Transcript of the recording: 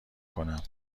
کنم